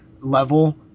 level